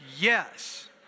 Yes